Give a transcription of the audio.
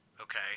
Okay